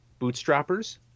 bootstrappers